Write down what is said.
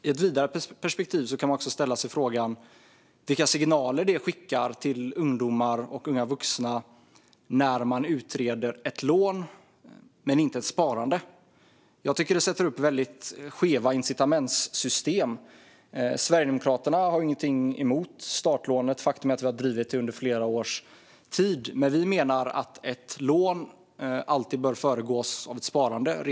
I ett vidare perspektiv kan man också ställa sig frågan vilka signaler det skickar till ungdomar och unga vuxna när man utreder ett lån men inte ett sparande. Jag tycker att det sätter upp väldigt skeva incitamentssystem. Sverigedemokraterna har ingenting emot startlånet; faktum är att vi har drivit det under flera års tid. Men vi menar att ett lån rent principiellt alltid bör föregås av ett sparande.